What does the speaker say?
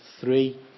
three